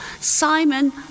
Simon